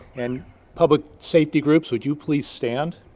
and public safety groups, would you please stand?